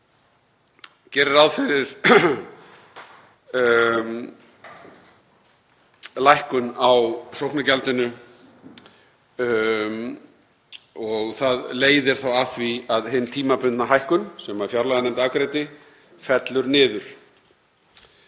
sem gerir ráð fyrir lækkun á sóknargjaldinu. Það leiðir þá af því að hin tímabundna hækkun sem fjárlaganefnd afgreiddi fellur niður.